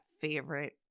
favorite